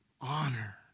honor